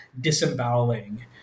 disemboweling